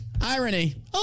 Irony